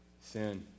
Sin